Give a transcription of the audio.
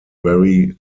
very